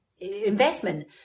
investment